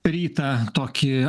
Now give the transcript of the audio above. rytą tokį